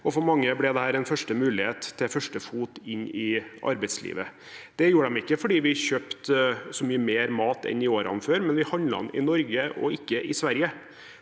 for mange ble dette en første mulighet til å få første fot inn i arbeidslivet. Det gjorde de ikke fordi vi kjøpte så mye mer mat enn i årene før, men fordi vi handlet i Norge og ikke i Sverige.